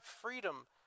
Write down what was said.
freedom